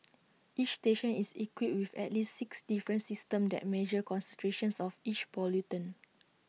each station is equipped with at least six different systems that measure concentrations of each pollutant